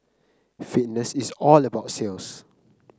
fitness is all about sales